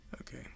Okay